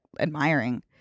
admiring